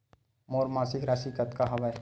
मोर मासिक राशि कतका हवय?